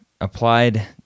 applied